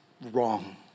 wrong